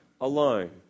alone